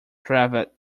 cravat